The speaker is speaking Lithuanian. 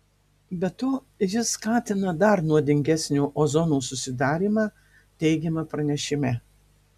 be to jis skatina dar nuodingesnio ozono susidarymą teigiama pranešime